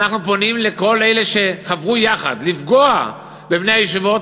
אנחנו פונים לכל אלה שחברו יחד לפגוע בבני הישיבות,